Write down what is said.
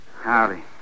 Howdy